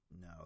No